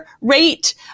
rate